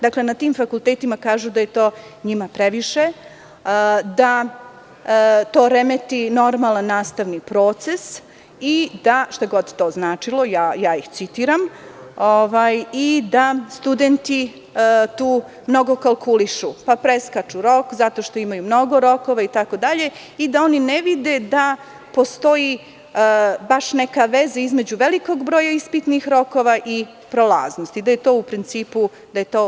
Dakle, na tim fakultetima kažu da je to njima previše, da to remeti normalan nastavni proces i da, šta god to značilo ja ih citiram, studenti tu mnogo kalkulišu, pa preskaču rok zato što imaju mnogo rokova itd, i da oni ne vide da postoji baš neka veza između velikog broja ispitnih rokova i prolaznosti, da je to u principu isto.